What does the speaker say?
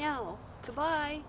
now to buy